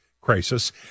crisis